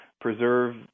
preserve